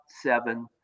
seven